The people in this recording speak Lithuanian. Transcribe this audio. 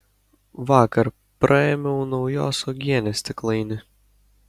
vakar praėmiau naujos uogienės stiklainį